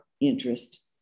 interest